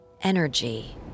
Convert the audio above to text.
energy